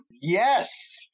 Yes